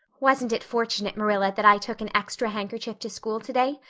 wasn't it fortunate, marilla, that i took an extra handkerchief to school today?